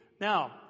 Now